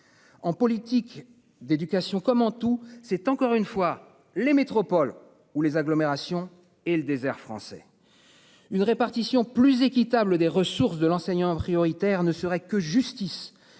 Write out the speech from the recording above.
En politique d'éducation, comment tout c'est encore une fois les métropoles où les agglomérations et le désert français. Une répartition plus équitable des ressources de l'enseignant prioritaire ne serait que justice